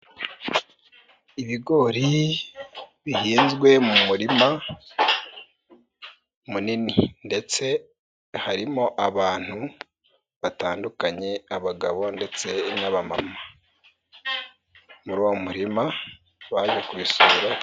Ibigori bihinzwe mu murima munini ndetse harimo abantu batandukanye abagabo ndetse n'abamama. Muri uwo murima baje kubisura.